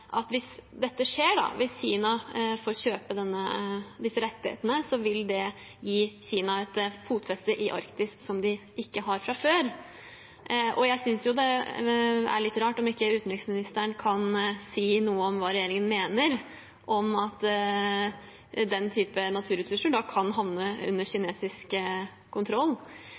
at hvis dette skjer, hvis Kina får kjøpe disse rettighetene, så vil det gi Kina et fotfeste i Arktis som de ikke har fra før. Og jeg synes jo det er litt rart om ikke utenriksministeren kan si noe om hva regjeringen mener om at den type naturressurser da kan havne under kinesisk kontroll,